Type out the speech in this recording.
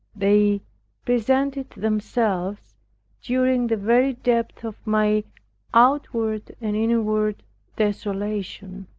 they presented themselves during the very depth of my outward and inward desolation.